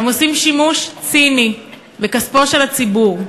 הם עושים שימוש ציני בכספו של הציבור.